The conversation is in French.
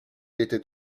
était